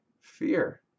fear